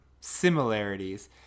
similarities